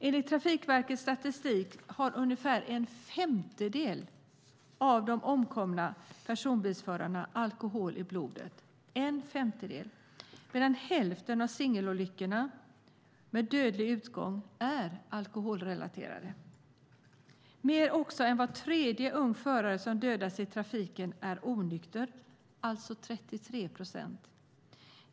Enligt Trafikverkets statistik har ungefär en femtedel av de omkomna personbilsförarna alkohol i blodet, och hälften av singelolyckorna med dödlig utgång är alkoholrelaterade. Mer än var tredje ung förare som dödas i trafiken är onykter, alltså över 33 procent.